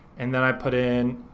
and then i put in